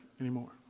anymore